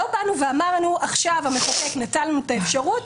לא באנו ואמרנו: "עכשיו המחוקק נתן לנו את האפשרות?